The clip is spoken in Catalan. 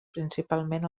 principalment